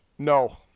no